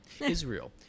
Israel